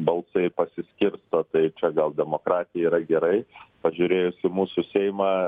balsai pasiskirsto tai čia gal demokratija yra gerai pažiūrėjus į mūsų seimą